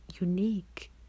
unique